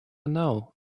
now